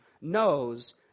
knows